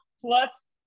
Plus